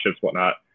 whatnot